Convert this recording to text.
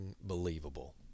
believable